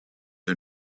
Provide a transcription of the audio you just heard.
are